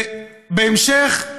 בהמשך,